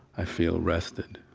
i feel rested.